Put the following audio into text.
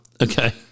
okay